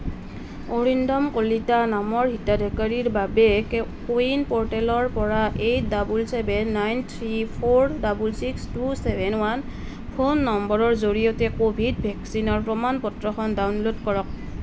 অৰিন্দম কলিতা নামৰ হিতাধিকাৰীৰ বাবে কে কোৱিন প'ৰ্টেলৰ পৰা eight double seven nine three four double six two seven one phone নম্বৰৰ জৰিয়তে ক'ভিড ভেকচিনৰ প্ৰমাণ পত্ৰখন ডাউনলোড কৰক